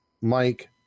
Mike